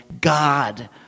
God